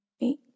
eight